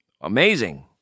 Amazing